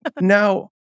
Now